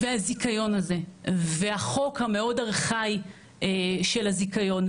הזיכיון הזה והחוק הארכאי של הזיכיון,